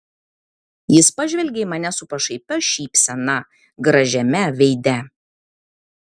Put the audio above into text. jis pažvelgė į mane su pašaipia šypsena gražiame veide